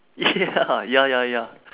ya lah ya ya ya